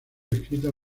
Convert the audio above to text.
escrita